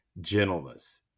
gentleness